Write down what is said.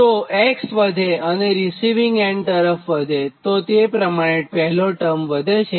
તો x વધેઅને receiving end તરફ વધેતે પ્રમાણે પહેલો ટર્મ વધે છે